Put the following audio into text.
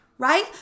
right